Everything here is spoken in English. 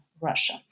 Russia